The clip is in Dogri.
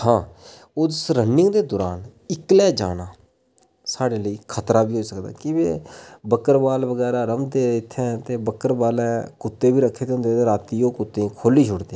हां उस रनिंग दे दौरान इक्कलै जाना साढ़े लेई खतरा बी होई सकदा ऐ की के बक्करवाल रौहंदे इत्थें ते बक्करवेले कुत्ते बी रक्खे दे होंदे ते रातीं ओह् कुत्तें गी खोह्ल्ली छुड़दे